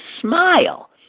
smile